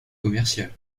commercial